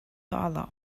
other